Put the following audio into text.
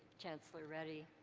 chancellor reddy.